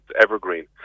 evergreen